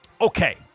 Okay